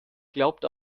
glaubt